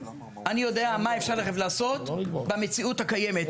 אני יודע מה אפשר לעשות במציאות הקיימת.